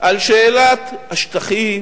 על שאלת השטחים